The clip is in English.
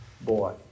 boy